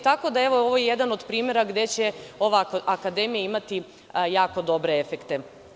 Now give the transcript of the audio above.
Tako da, evo, ovo je jedan od primera gde će ova akademija imati jako dobre efekte.